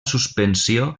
suspensió